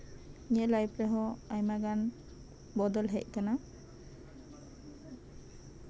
ᱤᱧᱟᱹᱜ ᱞᱟᱭᱤᱯᱷ ᱨᱮᱦᱚᱸ ᱟᱭᱢᱟ ᱜᱟᱱ ᱵᱚᱫᱚᱞ ᱦᱮᱡ ᱟᱠᱟᱱᱟ